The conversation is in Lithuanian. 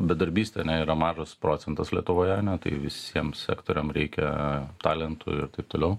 bedarbystė ane yra mažas procentas lietuvoje ane taip visiems sektoriam reikia talentų ir taip toliau